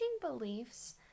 beliefs